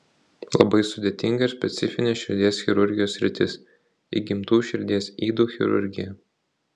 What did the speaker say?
labai sudėtinga ir specifinė širdies chirurgijos sritis įgimtų širdies ydų chirurgija